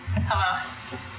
Hello